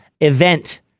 event